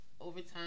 overtime